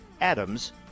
Adams